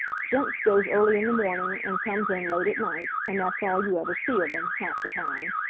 gents goes early in the morning and comes in late at night, and that's all you ever see of em, half the time.